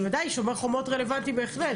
בוודאי, שומר חומות רלוונטי בהחלט.